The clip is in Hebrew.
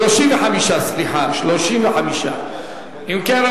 אם כן,